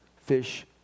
fish